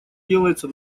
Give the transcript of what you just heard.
делается